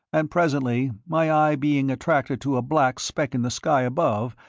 and presently, my eye being attracted to a black speck in the sky above,